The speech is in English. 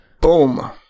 Boom